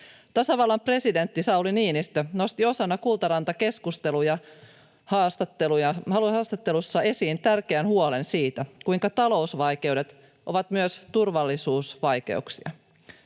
Tasavallan presidentti Sauli Niinistö nosti osana Kultaranta-keskusteluja haastattelussa esiin tärkeän huolen siitä, kuinka talousvaikeudet ovat myös turvallisuusvaikeuksia.